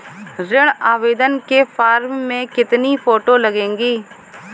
ऋण आवेदन के फॉर्म में कितनी फोटो लगेंगी?